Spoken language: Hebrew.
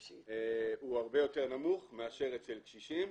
הוא הרבה יותר נמוך מאשר אצל קשישים,